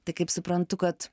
tai kaip suprantu kad